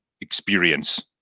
experience